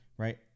Right